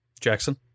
Jackson